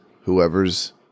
whoever's